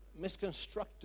misconstructed